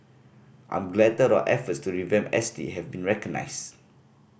I'm glad that our efforts to revamp S T have been recognised